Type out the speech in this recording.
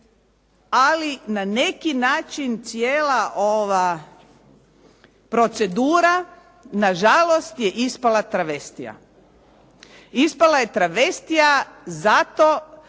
Ali, na neki način cijela ova procedura nažalost je ispala travestija. Ispala je travestija zato